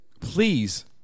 Please